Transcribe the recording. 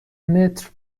متر